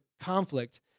conflict